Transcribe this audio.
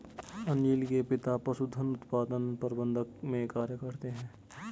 अनील के पिता पशुधन उत्पादन प्रबंधन में कार्य करते है